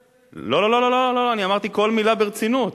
לא, לא, לא, אמרתי כל מלה ברצינות.